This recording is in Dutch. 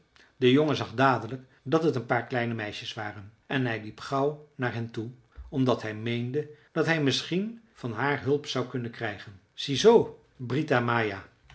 de jongen zag dadelijk dat het een paar kleine meisjes waren en hij liep gauw naar hen toe omdat hij meende dat hij misschien van haar hulp zou kunnen krijgen zie zoo brita maja